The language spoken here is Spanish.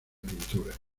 pintura